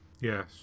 yes